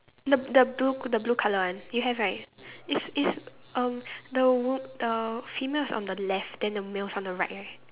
the the blue the blue colour one you have right is is um the wo~ the female is on the left and the male is on the right right